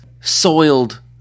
soiled